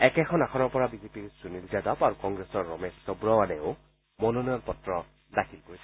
একেখন আসনৰ পৰা বিজেপিৰ সুনীল যাদৱ আৰু কংগ্ৰেছৰ ৰমেশ চৱৱালেও মনোনয়ন পত্ৰ দাখিল কৰিছে